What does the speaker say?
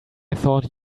thought